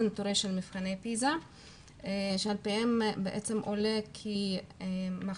אלה נתונים של מבחני פיזה מהם עולה כי מחשב